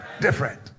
Different